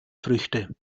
früchte